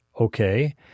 okay